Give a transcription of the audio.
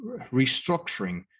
restructuring